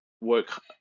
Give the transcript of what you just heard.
work